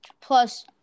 plus –